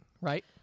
right